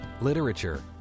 literature